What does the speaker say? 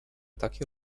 takie